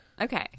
Okay